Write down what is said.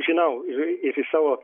žinau ir ir iš savo